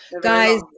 guys